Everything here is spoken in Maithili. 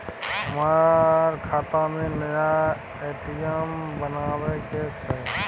हमर खाता में नया ए.टी.एम बनाबै के छै?